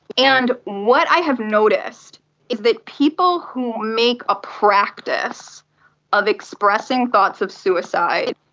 and what i have noticed is that people who make a practice of expressing thoughts of suicide,